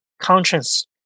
conscience